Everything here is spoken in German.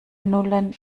nullen